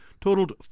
totaled